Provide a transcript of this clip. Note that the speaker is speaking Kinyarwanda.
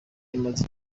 imaze